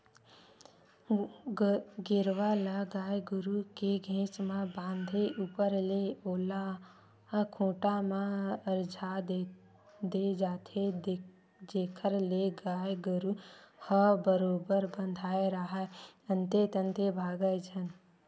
गेरवा ल गाय गरु के घेंच म बांधे ऊपर ले ओला खूंटा म अरझा दे जाथे जेखर ले गाय गरु ह बरोबर बंधाय राहय अंते तंते भागय झन